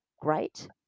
great